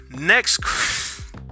next